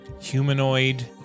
humanoid